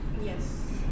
yes